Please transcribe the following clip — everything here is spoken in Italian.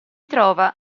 trova